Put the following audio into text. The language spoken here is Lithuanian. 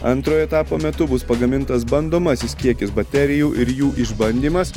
antrojo etapo metu bus pagamintas bandomasis kiekis baterijų ir jų išbandymas